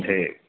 ٹھیک